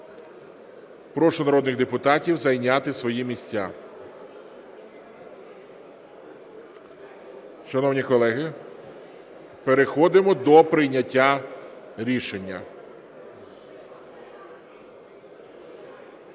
Прошу народних депутатів зайняти свої місця. Шановні колеги, переходимо до прийняття рішення.